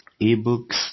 ebooks